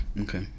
Okay